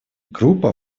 группа